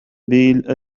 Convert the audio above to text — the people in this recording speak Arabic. بيل